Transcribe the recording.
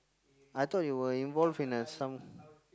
I thought you were involved in a some